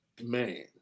Man